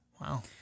Wow